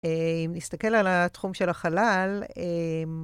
אם נסתכל על התחום של החלל,